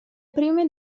prime